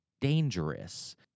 dangerous